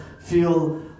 feel